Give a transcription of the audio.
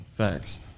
Facts